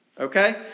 Okay